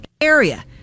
area